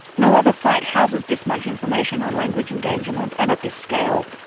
no other site houses this much information on language endangerment and at this scale.